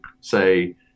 say